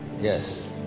yes